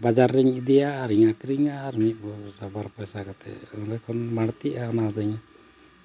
ᱵᱟᱡᱟᱨ ᱨᱤᱧ ᱤᱫᱤᱭᱟ ᱟᱨᱤᱧ ᱟᱹᱠᱷᱨᱤᱧᱟ ᱟᱨ ᱢᱤᱫ ᱯᱚᱭᱥᱟ ᱵᱟᱨ ᱯᱚᱭᱥᱟ ᱠᱟᱛᱮᱫ ᱚᱸᱰᱮ ᱠᱷᱚᱱ ᱵᱟᱹᱲᱛᱤᱜᱼᱟ ᱚᱱᱟ ᱫᱚᱧ